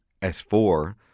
S4